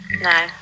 No